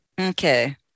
Okay